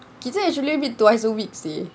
kita actually meet twice a week seh